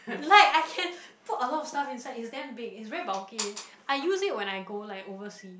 like I can put a lot of stuff inside is damn big is very bulky I use it when I go like oversea